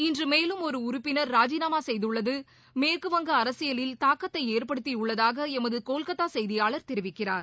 இன்று மேலும் ஒரு உறுப்பினர் ராஜினாமா சுசுய்துள்ளது மேற்குவங்க அரசியலில் தாக்கத்தை ஏற்படுத்தியுள்ளதாக எமது கொல்கத்தா செய்தியாளர் தெரிவிக்கிறார்